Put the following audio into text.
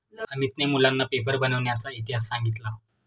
अमितने मुलांना पेपर बनविण्याचा इतिहास सांगितला